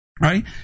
right